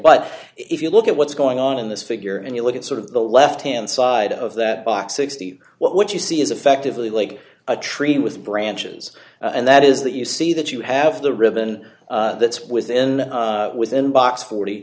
but if you look at what's going on in this figure and you look at sort of the left hand side of that box sixty what you see is effectively like a tree with branches and that is that you see that you have the ribbon that's within within box forty